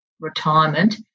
retirement